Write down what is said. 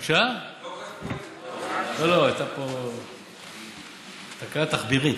לא לא, הייתה פה תקלה תחבירית.